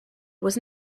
was